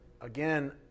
again